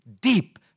deep